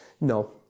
No